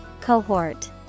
Cohort